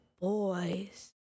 boys